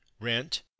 rent